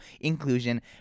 inclusion